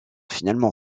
finalement